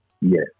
Yes